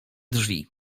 drzwi